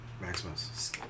Maximus